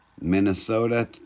Minnesota